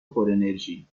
پرانرژی